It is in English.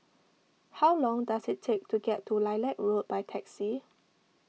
how long does it take to get to Lilac Road by taxi